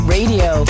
Radio